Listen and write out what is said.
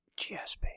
GSP